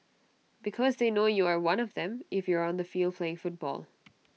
because they know you are one of them if you are on the field playing football